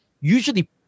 Usually